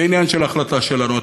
זה עניין של החלטה שלנו.